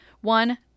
one